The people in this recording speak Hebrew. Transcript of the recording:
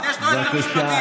אז יש לו עשרה משפטים.